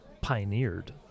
pioneered